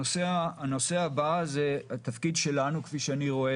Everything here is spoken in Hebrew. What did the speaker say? הנושא הבא בתפקיד שלנו כפי שאני רואה